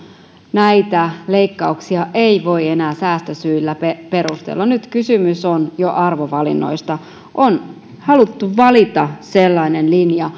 näitä leikkauksia ei voi enää säästösyillä perustella nyt kysymys on jo arvovalinnoista on haluttu valita sellainen linja